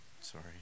Sorry